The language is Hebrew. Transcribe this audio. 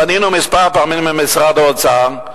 פנינו כמה פעמים אל משרד האוצר,